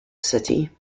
city